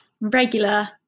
regular